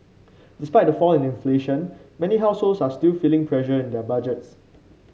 despite the fall in inflation many households are still feeling pressure in their budgets